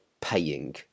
paying